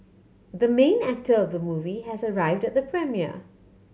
the main actor of the movie has arrived at the premiere